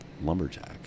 Lumberjack